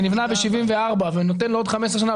בניין שנבנה ב-1974 ונותן לו עוד 15 שנים,